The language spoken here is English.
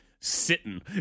sitting